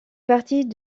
partie